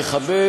יכבד,